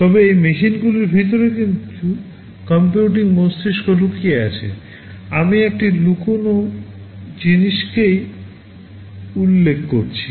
তবে এই মেশিনগুলির ভিতরে কিছু কম্পিউটিং মস্তিষ্ক লুকিয়ে আছে আমি এই লুকানো জিনিসকেই উল্লেখ করছি